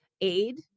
aid